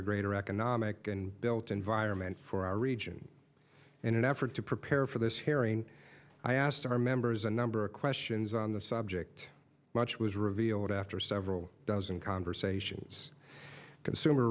a greater economic and built environment for our region in an effort to prepare for this hearing i asked our members a number of questions on the subject much was revealed after several dozen conversations consumer